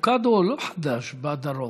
אבוקדו הוא לא חדש בדרום.